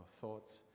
thoughts